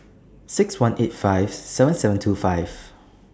six one eight five seven seven two five